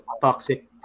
toxic